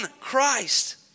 Christ